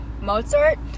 Mozart